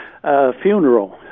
funeral